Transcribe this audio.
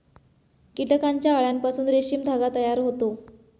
कीटकांच्या अळ्यांपासून रेशीम धागा तयार होतो